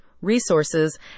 resources